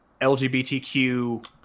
LGBTQ